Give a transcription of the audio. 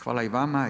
Hvala i vama.